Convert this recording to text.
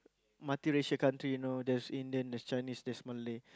multi racial country you know there's Indian there's Chinese there's Malay